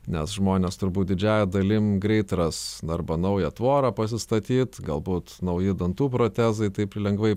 nes žmonės turbūt didžiąja dalim greit ras arba naują tvorą pasistatyt galbūt nauji dantų protezai taip lengvai